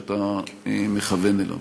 שאתה מכוון אליו.